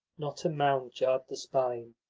not a mound jarred the spine.